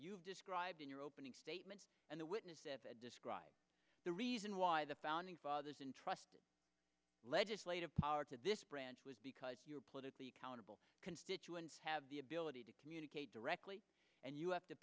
you've described in your opening statement and the witness described the reason why the founding fathers and trust to legislate give power to this branch was because you're politically accountable constituents have the ability to communicate directly and you have to